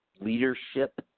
leadership